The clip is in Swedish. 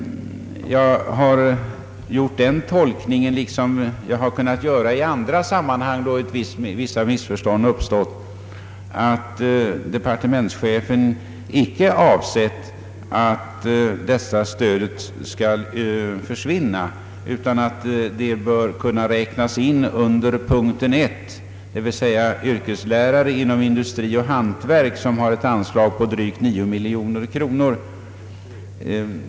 Jag har gjort den tolkningen, på samma sätt som jag har kunnat göra i andra sammanhang då vissa missförstånd har uppstått, att departementschefen icke avsett att dessa stöd skall försvinna utan att de bör kunna hänföras till gruppen yrkeslärare inom industri och hantverk, till vilka utgår ett anslag på drygt 9 miljoner kronor.